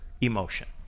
emotion